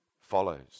follows